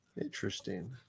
interesting